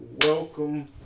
welcome